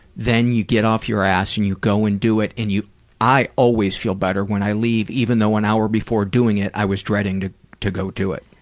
then you get off your ass and you go and do it. and you i always feel better when i leave even though an hour before doing it i was dreading to to go do it.